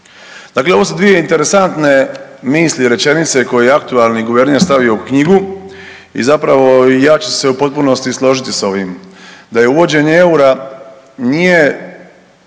Dakle, ovo su dvije interesantne misli i rečenice koje je aktualni guverner stavio u knjigu i zapravo ja ću se u potpunosti složiti s ovim da je uvođenje EUR-a nije